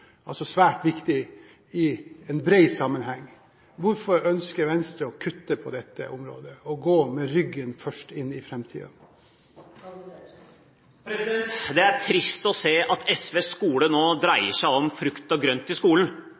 altså svært viktig i en bred sammenheng. Hvorfor ønsker Venstre å kutte på dette området – og å gå med ryggen først inn i framtiden? Det er trist å se at SVs skole nå dreier seg om frukt og grønt.